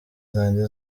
zanjye